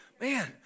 man